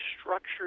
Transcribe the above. structured